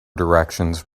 directions